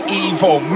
evil